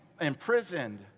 imprisoned